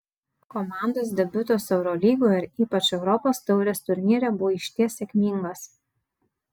komandos debiutas eurolygoje ir ypač europos taurės turnyre buvo išties sėkmingas